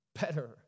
better